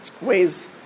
ways